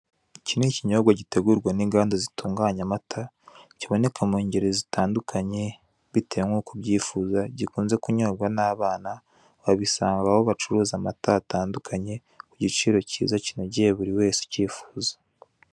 Iki ni ikinyobwa gitegurwa n'inganda zitunganya amata, kiboneka mu ngeri zitandukanye bitewe nuko ubyifuza, gikunze kunyobwa n'abana, wabisanga aho bacuruza amata hatandukanye, ku giciro cyiza kinogeye buri wese ukifuza.